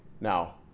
now